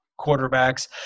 quarterbacks